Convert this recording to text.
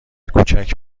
کوچک